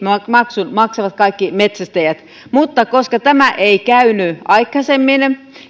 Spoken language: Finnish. maksun maksavat kaikki metsästäjät mutta koska tämä ei käynyt aikaisemmin